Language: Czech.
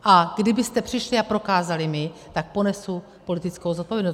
A kdybyste přišli a prokázali mi, tak ponesu politickou zodpovědnost.